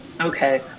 Okay